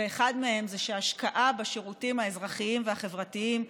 ואחד מהם זה שהשקעה בשירותים האזרחים והחברתיים,